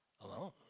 alone